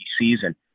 season